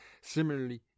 Similarly